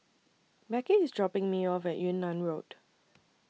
Becky IS dropping Me off At Yunnan Road